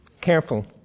Careful